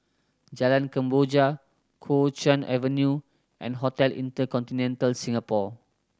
Jalan Kemboja Kuo Chuan Avenue and Hotel InterContinental Singapore